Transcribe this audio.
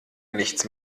nichts